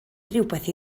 rywbeth